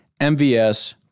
MVS